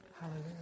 Hallelujah